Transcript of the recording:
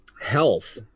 health